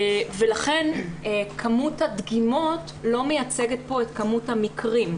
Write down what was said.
ולכן כמות הדגימות לא מייצגת פה את כמות המקרים.